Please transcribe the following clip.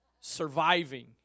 surviving